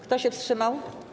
Kto się wstrzymał?